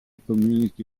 community